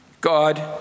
God